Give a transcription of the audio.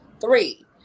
three